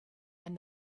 and